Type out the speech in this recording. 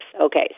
Okay